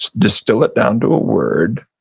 distill it down to a word,